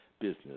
business